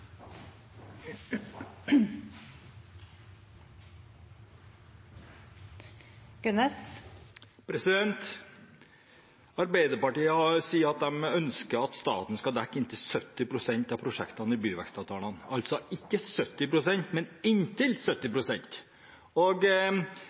Arbeiderpartiet sier at en ønsker at staten skal dekke inntil 70 pst. av prosjektene i byvekstavtalene, altså ikke 70 pst., men «inntil» 70